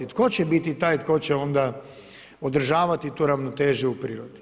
Tko će biti taj tko će onda održavati tu ravnotežu u prirodi?